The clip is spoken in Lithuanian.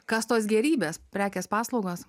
kas tos gėrybės prekės paslaugos